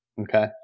Okay